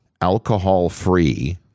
alcohol-free